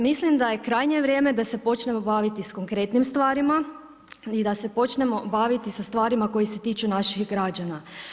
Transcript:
Mislim da je krajnje vrijeme da se počnemo baviti sa konkretnim stvarima i da se počnemo baviti sa stvarima koji se tiču naših građana.